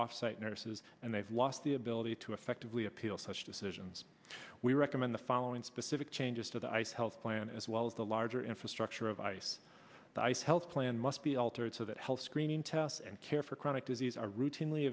offsite nurses and they've lost the ability to effectively appeal such decisions we recommend the following specific changes to the ice health plan as well as the larger infrastructure of ice dyce health plan must be altered so that health screening tests and care for chronic disease are routinely